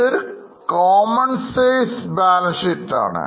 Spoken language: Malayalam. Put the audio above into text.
ഇതൊരു Common Size Balancesheet ആണ്